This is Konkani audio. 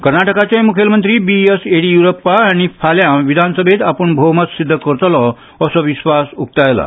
कर्नाटकाचे मुखेलमंत्री बिएस येडियुरप्पा हांणी फाल्यां विधानसभेंत आपूण भोवमत सिद्ध करतलों असो विस्वास उकतायला